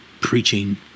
preaching